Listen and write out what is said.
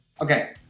Okay